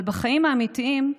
אבל בחיים האמיתיים,